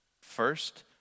First